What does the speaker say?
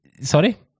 Sorry